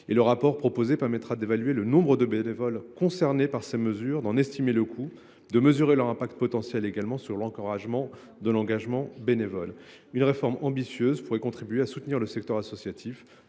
Ce rapport permettra aussi d’évaluer le nombre de bénévoles concernés par ces mesures, d’en estimer le coût et de mesurer leur effet potentiel sur l’encouragement à l’engagement bénévole. Une réforme ambitieuse pourrait contribuer à soutenir le tissu associatif,